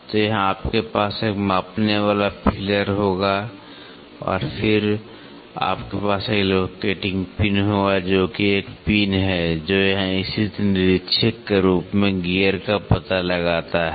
तो यहां आपके पास एक मापने वाला फीलर होगा और फिर यहां आपके पास एक लोकेटिंग पिन होगा जो कि एक पिन है जो यहां स्थित निरीक्षक के रूप में गियर का पता लगाता है